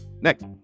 next